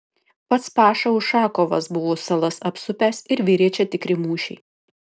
pats paša ušakovas buvo salas apsupęs ir virė čia tikri mūšiai